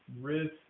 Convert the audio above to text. risk